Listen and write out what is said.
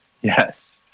Yes